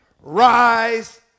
Rise